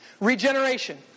Regeneration